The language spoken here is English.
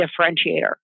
differentiator